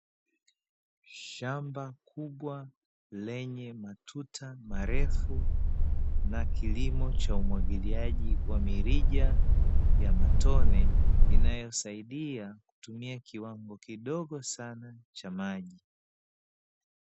Shamba kubwa, lenye matuta marefu na kilimo cha umwagiliaji wa mirija ya matone, inayosaidia kutumia kiwango kidogo sana cha maji.